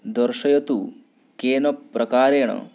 दर्शयतु केन प्रकारेण